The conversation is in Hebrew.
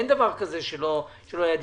אין דבר כזה שלא היה דיון.